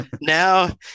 Now